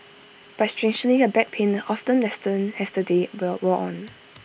but strangely her back pain often lessened as the day will wore on